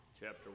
chapter